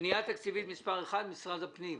פנייה תקציבית מס' 1 משרד הפנים.